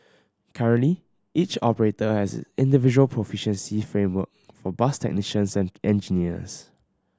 currently each operator has individual proficiency framework for bus technicians and engineers